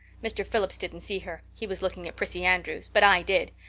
mr. phillips didn't see her he was looking at prissy andrews but i did.